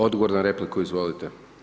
Odgovor na repliku, izvolite.